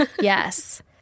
yes